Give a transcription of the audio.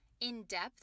in-depth